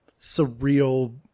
surreal